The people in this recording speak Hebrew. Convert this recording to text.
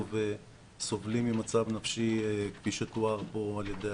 וסובלים ממצב נפשי כפי שתואר פה על ידי